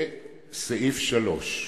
בסעיף (3)